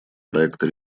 проекта